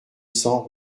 cents